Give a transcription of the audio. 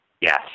Yes